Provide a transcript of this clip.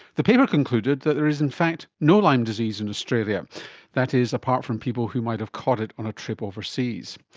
the paper concluded that there is in fact no lyme disease in australia that is, apart from people who might have caught it on a trip overseas.